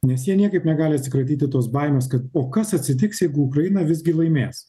nes jie niekaip negali atsikratyti tos baimės kad o kas atsitiks jeigu ukraina visgi laimės